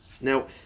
Now